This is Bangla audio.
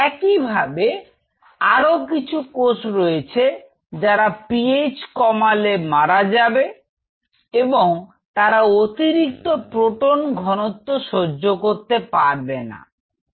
একইভাবে আরো কিছু কোষ রয়েছে যারা পিএইচ কমালে মারা যাবে এবং তারা অতিরিক্ত প্রোটন ঘনত্ব সহ্য করতে পারবে না ঠিক